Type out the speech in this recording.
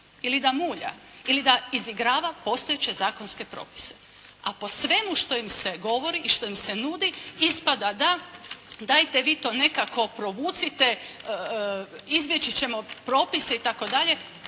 ili da mulja ili da izigrava postojeće zakonske propise. A po svemu što im se govori i što im se nudi ispada da dajte vi to nekako provucite, izbjeći ćemo propise itd.